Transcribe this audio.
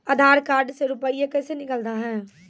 आधार कार्ड से रुपये कैसे निकलता हैं?